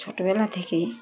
ছোটোবেলা থেকেই